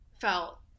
felt